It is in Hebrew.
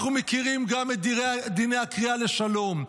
אנחנו מכירים גם את דיני הקריאה לשלום,